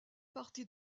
partie